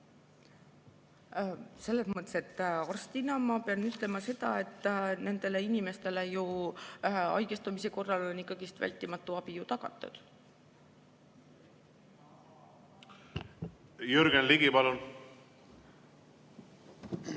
Selles mõttes, arstina ma pean ütlema, et nendele inimestele on haigestumise korral ikkagi vältimatu abi ju tagatud. Jürgen Ligi, palun!